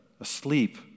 asleep